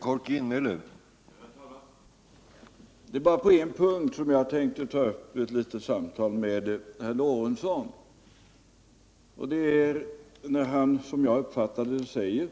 Herr talman! Det är bara på en punkt som jag tänkte ta upp ett litet samtal med herr Lorentzon. Som jag uppfattade det sade han